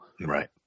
Right